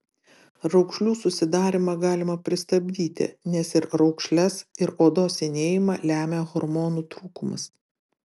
raukšlių susidarymą galima pristabdyti nes ir raukšles ir odos senėjimą lemia hormonų trūkumas